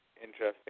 interesting